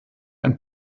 einen